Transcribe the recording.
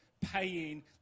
paying